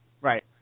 Right